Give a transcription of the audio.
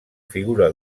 figura